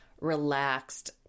Relaxed